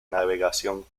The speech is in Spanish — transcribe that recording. navegación